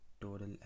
total